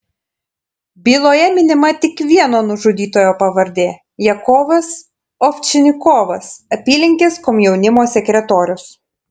byloje minima tik vieno nužudytojo pavardė jakovas ovčinikovas apylinkės komjaunimo sekretorius